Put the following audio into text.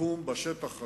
תקום בשטח הזה,